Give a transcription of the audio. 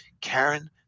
Karen